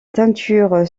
teintures